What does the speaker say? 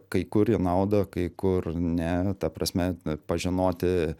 kai kur į naudą kai kur ne ta prasme pažinoti